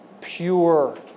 pure